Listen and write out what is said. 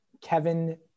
Kevin